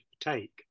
take